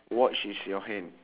watch is your hand